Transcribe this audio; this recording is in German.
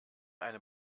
eine